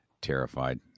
terrified